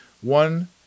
one